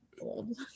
old